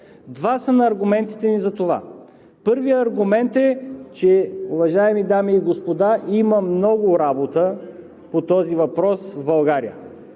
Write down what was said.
Два са ни аргументите за това. Първият аргумент, уважаеми дами и господа, е, че има много работа по този въпрос в България,